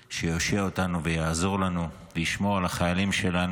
שיושיע אותנו ויעזור לנו, וישמור על החיילים שלנו,